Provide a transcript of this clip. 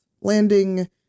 landing